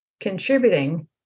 contributing